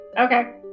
Okay